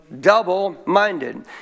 double-minded